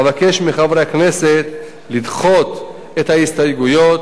אבקש מחברי הכנסת לדחות את ההסתייגויות